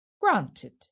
Granted